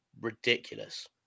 ridiculous